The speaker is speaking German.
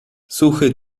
suche